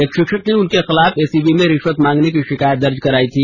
एक शिक्षक ने उनके खिलाफ एसीबी में रिश्वत मांगने की शिकायत दर्ज कराई थी